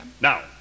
Now